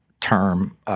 term